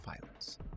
violence